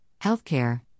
healthcare